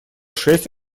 шесть